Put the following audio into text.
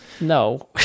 no